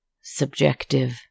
subjective